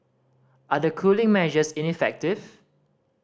are the cooling measures ineffective